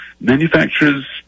manufacturers